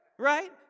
Right